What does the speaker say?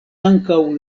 ankaŭ